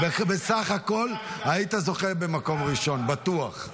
בסך הכול, היית זוכה במקום ראשון, בטוח.